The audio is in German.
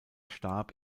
starb